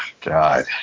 god